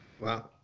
wow